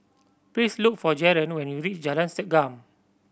please look for Jaron when you reach Jalan Segam